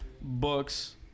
Books